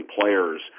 players